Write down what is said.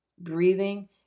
Breathing